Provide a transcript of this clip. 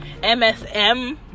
MSM